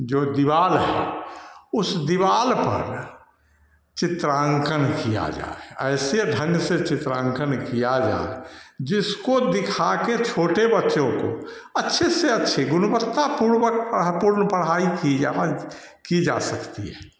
जो दीवार है उस दीवार पर चित्रांकन किया जाए ऐसे ढंग से चित्रांकन किया जाए जिसको दिखाकर छोटे बच्चों को अच्छे से अच्छे गुणवत्तापूर्वक पढ़ा पूर्ण पढ़ाई की जाए की जा सकती है